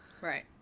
right